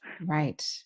Right